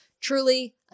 truly